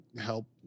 help